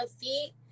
feet